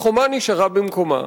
החומה נשארה במקומה,